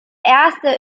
erste